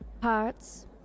parts